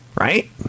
right